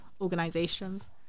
organizations